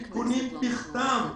עדכונים בכתב.